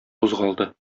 кузгалды